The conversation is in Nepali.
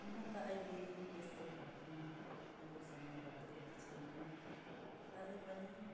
हुन त अहिले यस्तो घटना अहिलेसम्म घटेको त छैन तरै पनि